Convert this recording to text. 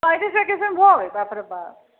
किसनभोग बाप रे बाप